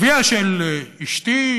אביה של אשתי,